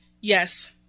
Yes